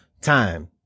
time